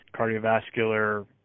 cardiovascular